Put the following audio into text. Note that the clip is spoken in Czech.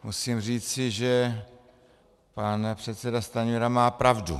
Musím říci, že pan předseda Stanjura má pravdu.